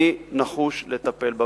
אני נחוש לטפל בה.